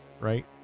Right